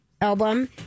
album